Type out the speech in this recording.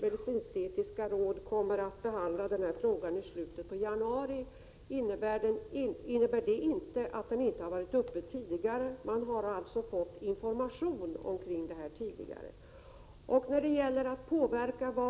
medicinsk-etiska råd kommer att behandla denna fråga i slutet av januari, innebär det inte att den inte har varit uppe tidigare. Man har fått information om detta tidigare. Medicinsk-etiska rådet är parlamentariskt sammansatt.